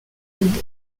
vide